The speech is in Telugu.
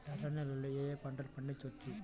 ఎర్ర నేలలలో ఏయే పంటలు పండించవచ్చు?